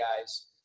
guys